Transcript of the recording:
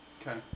Okay